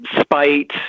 spite